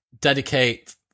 dedicate